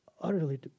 utterly